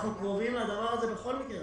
אנחנו קרובים לדבר הזה בכל מקרה,